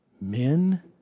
men